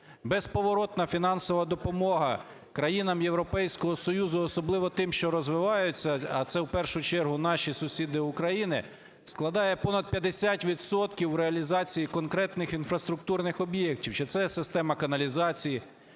безповоротна фінансова допомога країнам Європейського Союзу, особливо тим, що розвиваються, а це в першу чергу наші сусіди України, складає понад 50 відсотків в реалізації конкретних інфраструктурних об'єктів, чи це система каналізації,